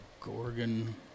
Gorgon